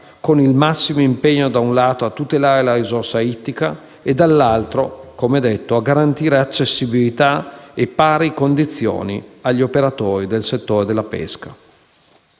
con il massimo impegno, da un lato, a tutelare la risorsa ittica, e dall'altro - come detto - a garantire accessibilità e pari condizioni agli operatori del settore della pesca.